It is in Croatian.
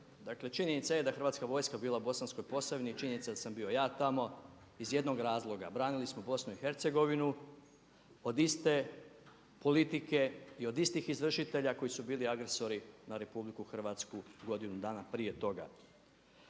dakle činjenica je da je Hrvatska vojska bila u Bosanskoj Posavini, činjenica da sam ja bio tamo iz jednog razloga, branili smo BiH od iste politike i od istih izvršitelja koji su bili agresori na RH godinu dana prije toga.